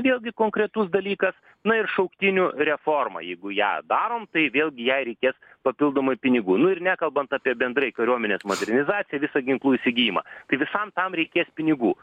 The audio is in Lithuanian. vėlgi konkretus dalykas na ir šauktinių reforma jeigu ją darom tai vėlgi jai reikės papildomai pinigų nu ir nekalbant apie bendrai kariuomenės modernizaciją visą ginklų įsigijimą tai visam tam reikės pinigų